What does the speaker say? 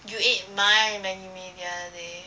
you ate my Maggi mee the other day